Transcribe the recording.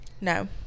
No